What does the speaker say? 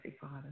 Father